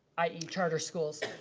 i e. charter schools,